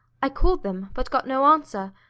i called them, but got no answer,